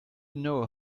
know